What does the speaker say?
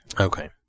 Okay